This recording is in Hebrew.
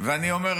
ואני אומר